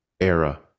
era